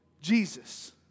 Jesus